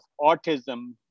autism